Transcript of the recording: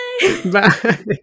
Bye